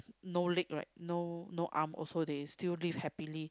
no leg right no no arm also they still live happily